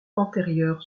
antérieure